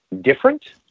different